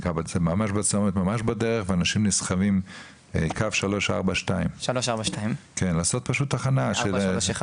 ממש בצומת, ממש בדרך, לקו 342 לעשות שם תחנה.